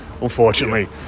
unfortunately